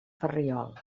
ferriol